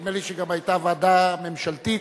נדמה לי שגם היתה ועדה ממשלתית,